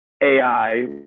AI